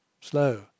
slow